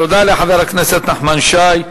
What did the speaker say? תודה לחבר הכנסת נחמן שי.